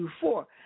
Four